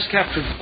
Captain